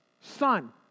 son